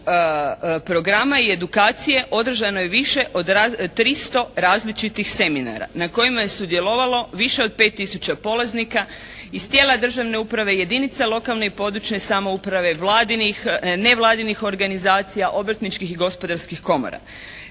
programa i edukacije održano je više od 300 različitih seminara na kojima je sudjelovalo više od 5000 polaznika iz tijela državne uprave, jedinica lokalne i područne samouprave, vladinih, nevladinih organizacija, obrtničkih i gospodarskih komora.